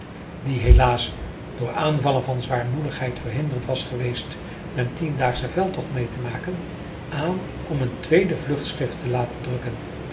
die helaas door aanvallen van zwaarmoedigheid verhinderd was geweest den tiendaagschen veldtocht mee te maken aan om een tweede vlugschrift te laten drukken